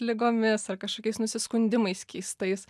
ligomis ar kažkokiais nusiskundimais keistais